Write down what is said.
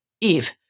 eve